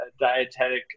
dietetic